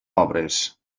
obres